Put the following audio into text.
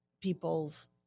people's